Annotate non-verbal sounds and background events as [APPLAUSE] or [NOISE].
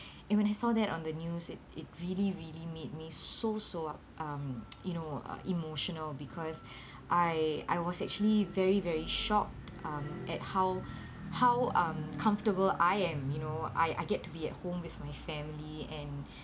and when I saw that on the news it it really really made me so so um [NOISE] you know uh emotional because [BREATH] I I was actually very very shocked um at how how um comfortable I am you know I I get to be at home with my family and [BREATH]